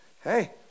Hey